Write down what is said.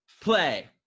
play